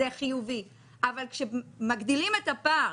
זה חיובי כשמגדילים את הפער